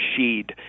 Sheed